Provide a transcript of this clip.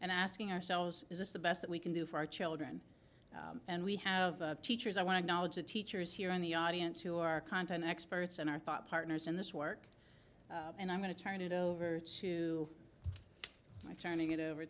and asking ourselves is this the best we can do for our children and we have teachers i want to knowledge of teachers here in the audience who are content experts and our thought partners in this work and i'm going to turn it over to i turning it over